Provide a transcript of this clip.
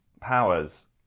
powers